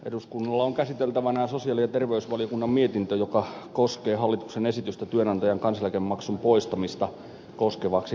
eduskunnalla on käsiteltävänään sosiaali ja terveysvaliokunnan mietintö joka koskee hallituksen esitystä työnantajan kansaneläkemaksun poistamista koskevaksi lainsäädännöksi